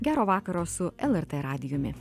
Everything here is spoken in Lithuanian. gero vakaro su lrt radijumi